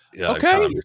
Okay